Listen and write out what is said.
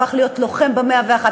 הפך להיות לוחם ב-101,